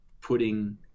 putting